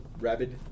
rabid